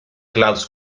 clouds